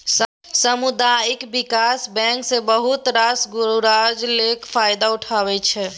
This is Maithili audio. सामुदायिक बिकास बैंक सँ बहुत रास गरजु लोक फायदा उठबै छै